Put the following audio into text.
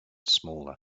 smaller